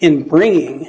in bringing